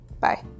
Bye